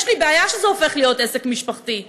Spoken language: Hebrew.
יש לי בעיה שזה הופך להיות עסק משפחתי,